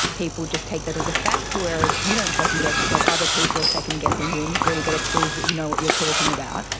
people just take that as a fact, whereas you don't second-guess yourself, other people are second-guessing you and you've really got to prove that you know what you're talking about,